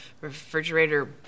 refrigerator